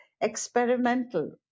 experimental